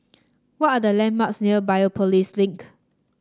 what are the landmarks near Biopolis Link